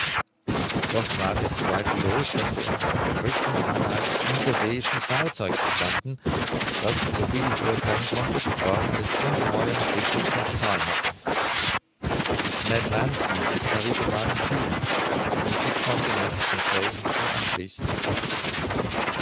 doch war es zweifellos daß wir uns auf dem rücken einer art unterseeischen fahrzeugs befanden das soviel ich urtheilen konnte die form eines ungeheuern fisches von stahl hatte ned lands ansicht darüber war entschieden und ich konnte nebst conseil mich nur anschließen